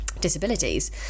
disabilities